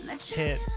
hit